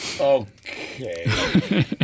Okay